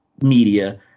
media